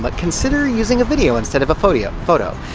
but consider using a video instead of a phot-io, photo.